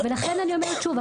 לכן אני אומרת שוב,